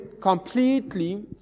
completely